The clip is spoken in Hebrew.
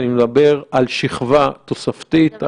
אני מדבר על שכבה תוספתית,